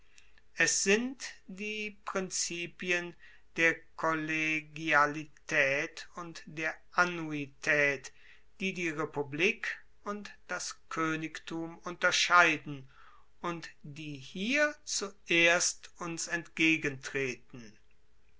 es sind die prinzipien der kollegialitaet und der annuitaet die die republik und das koenigtum unterscheiden und die hier zuerst uns entgegentreten